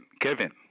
Kevin